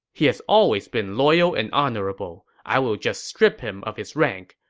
he has always been loyal and honorable. i will just strip him of his rank.